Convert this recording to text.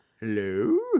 Hello